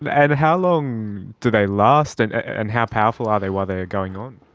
but and how long do they last and and how powerful are they while they are going on?